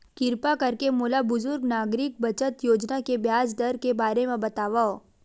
किरपा करके मोला बुजुर्ग नागरिक बचत योजना के ब्याज दर के बारे मा बतावव